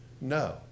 No